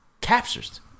captures